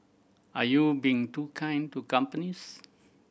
are you being too kind to companies